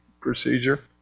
procedure